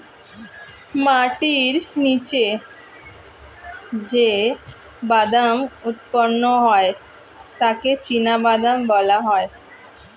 মাটির নিচে যে বাদাম উৎপন্ন হয় তাকে চিনাবাদাম বলা হয়